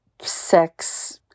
sex